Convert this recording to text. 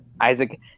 Isaac